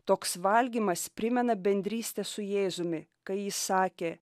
toks valgymas primena bendrystę su jėzumi kai jis sakė